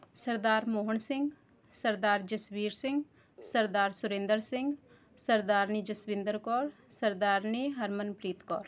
Sardar Mohan Singh Sardar Jasvir Singh Sardar Surinder Singh Sardarni Jaswinder Kaur Sardarni Harmanpreet Kaur